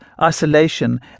isolation